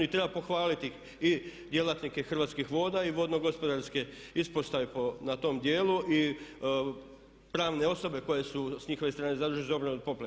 I treba pohvaliti i djelatnike Hrvatskih voda i vodno gospodarske ispostave na tom dijelu i pravne osobe koje su s njihove strane zadužene za obranu od poplave.